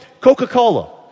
Coca-Cola